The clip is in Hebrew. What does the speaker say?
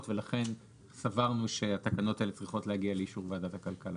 ולכן סברנו שהתקנות האלה צריכות להגיע לאישור ועדת הכלכלה.